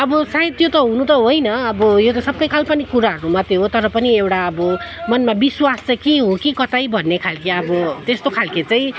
अब सायद त्यो त हुनु त होइन अब यो त सबै काल्पनिक कुराहरू मात्रै हो र पनि एउटा अब मनमा विश्वास चाहिँ कि के हो कि कतै भन्ने खालके अब त्यस्तो खालके चाहिँ